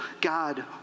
God